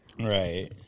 Right